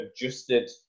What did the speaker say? adjusted